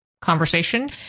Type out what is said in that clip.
conversation